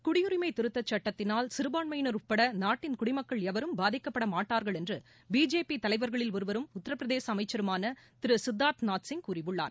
குடியுரிமை திருத்த சட்டத்தால் சிறுபான்மையினர் உட்பட நாட்டின் குடிமக்கள் எவரும் பாதிக்கப்பட மாட்டார்கள் என்று பிஜேபி தலைவர்களில் ஒருவரும் உத்தரப்பிரதேச அமைச்சருமான திரு சித்தார்த்நாத் சிங் கூறியுள்ளார்